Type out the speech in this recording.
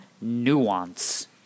nuance